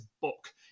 book